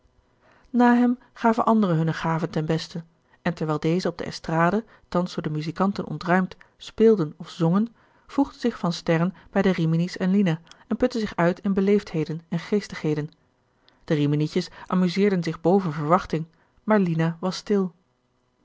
na hem gaven anderen hunne gaven ten beste en terwijl dezen op de estrade thans door de muzikanten ontruimd speelden of zongen voegde zich van sterren bij de rimini's en lina en putte zich uit in beleefdheden en geestigheden de riminiettjes amuseerden zich boven verwachting maar lina was stil